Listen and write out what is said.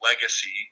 legacy